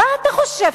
מה אתה חושב,